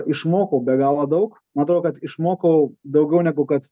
išmokau be galo daug man atrodo kad išmokau daugiau negu kad